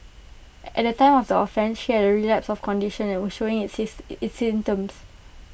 at the time of the offence she had A relapse of her condition and was showing its his its symptoms